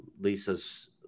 Lisa's